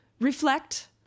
reflect